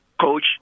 coach